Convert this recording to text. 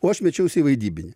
o aš mečiausi į vaidybinį